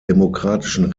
demokratischen